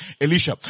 Elisha